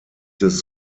des